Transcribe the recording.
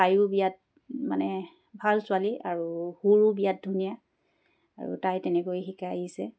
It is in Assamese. তাইও বিৰাত মানে ভাল ছোৱালী আৰু সুৰো বিৰাত ধুনীয়া আৰু তাই তেনেকৈ শিকাই আহিছে